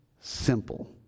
simple